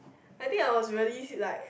I think I was really like